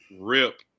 rip